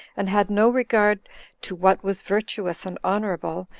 and had no regard to what was virtuous and honorable,